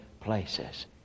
places